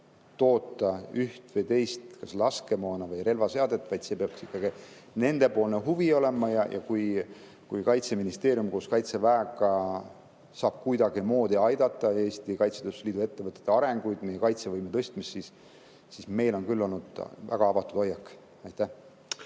toota üht või teist laskemoona või relvaseadet, vaid see peaks ikkagi nende huvi olema. Kui Kaitseministeerium koos Kaitseväega on kuidagimoodi saanud aidata Eesti Kaitsetööstuse Liidu ettevõtete arenguid, meie kaitsevõime tõstmist, siis meil on küll alati olnud väga avatud hoiak. Aitäh,